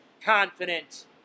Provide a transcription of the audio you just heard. confident